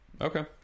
Okay